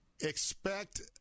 expect